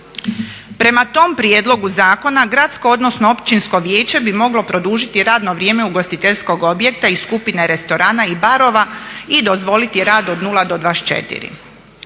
Prema tom prijedlogu zakona gradsko odnosno općinsko vijeće bi moglo produžiti radno vrijeme ugostiteljskog objekta iz skupine restorana i barova i dozvoliti rad od 0 do 24.